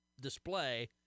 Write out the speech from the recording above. display